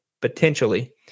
potentially